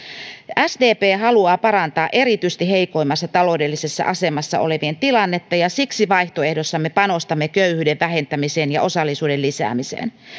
sdp haluaa parantaa erityisesti heikoimmassa taloudellisessa asemassa olevien tilannetta ja siksi vaihtoehdossamme panostamme köyhyyden vähentämiseen ja osallisuuden lisäämiseen